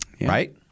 Right